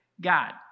God